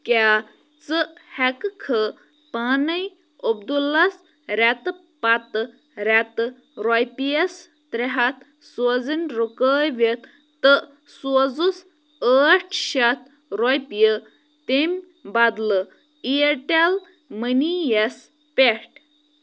کیٛاہ ژٕ ہٮ۪کہٕ کھہٕ پانَے عبدُلس رٮ۪تہٕ پَتہٕ رٮ۪تہٕ رۄپیَس ترٛےٚ ہَتھ سوزٕنۍ رُکٲوِتھ تہٕ سوزُس ٲٹھ شَتھ رۄپیہِ تَمہِ بدلہٕ اِیَرٹٮ۪ل مٔنی یَس پٮ۪ٹھ